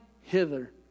hither